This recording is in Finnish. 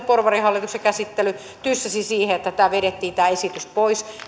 porvarihallituksen käsittely tyssäsi siihen että tämä esitys vedettiin pois